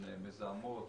מזהמות